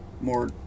more